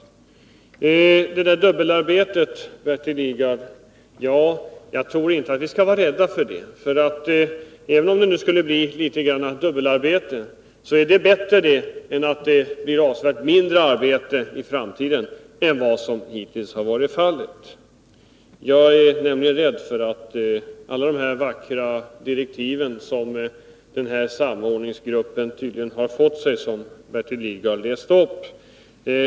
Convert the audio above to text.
Jag tror inte vi skall vara rädda för dubbelarbete, Bertil Lidgard. Även om det skulle bli en del dubbelarbete är det bättre än att det blir avsevärt mindre arbete gjort i framtiden än hittills. Jag är rädd för att de direktiv som samordningsgruppen tydligen har fått och som Bertil Lidgard här läste upp kan vara svåra att omsätta i verkligheten.